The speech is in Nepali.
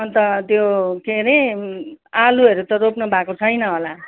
अन्त त्यो के अरे आलुहरू त रोप्नु भएको छैन होला